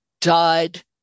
died